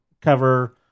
cover